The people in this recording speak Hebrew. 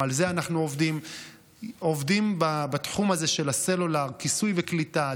גם על זה אנחנו עובדים בתחום הזה של הסלולר: כיסוי וקליטה,